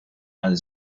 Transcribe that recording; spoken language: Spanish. han